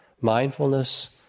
Mindfulness